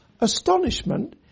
Astonishment